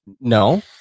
No